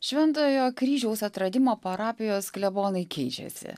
šventojo kryžiaus atradimo parapijos klebonai keičiasi